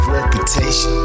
reputation